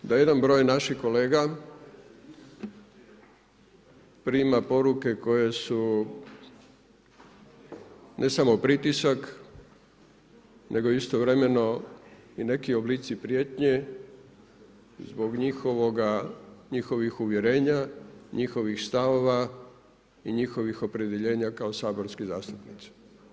Čujemo da jedan broj naših kolega prima poruke koje su ne samo pritisak nego istovremeno i neki oblici prijetnje zbog njihovih uvjerenja, njihovih stavova i njihovih opredjeljenja kao saborski zastupnici.